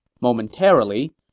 Momentarily